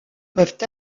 peuvent